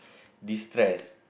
destress